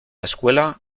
escuela